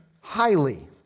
highly